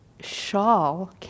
shawl